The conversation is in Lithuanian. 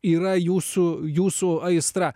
yra jūsų jūsų aistra